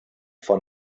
von